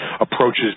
approaches